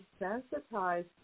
desensitized